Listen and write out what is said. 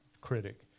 critic